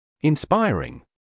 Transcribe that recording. Inspiring